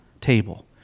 table